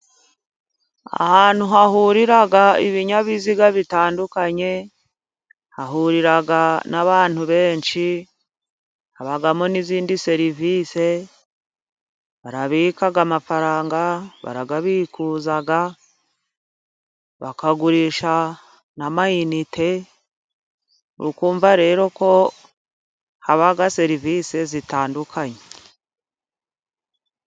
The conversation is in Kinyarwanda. Ahantu hahurira ibinyabiziga bitandukanye, hahurira n'abantu benshi, habamo n'izindi serivisi babika amafaranga barayabikuza, bakagurisha n'ama inite, urukumva rero ko haba serivisi zitandukanye.